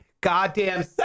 goddamn